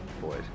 boys